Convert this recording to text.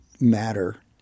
matter